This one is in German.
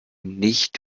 nicht